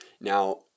Now